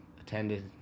attended